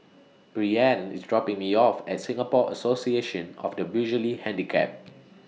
Breanne IS dropping Me off At Singapore Association of The Visually Handicapped